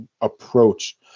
approach